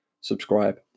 subscribe